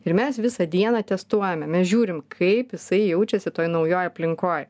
ir mes visą dieną testuojame mes žiūrim kaip jisai jaučiasi toj naujoj aplinkoj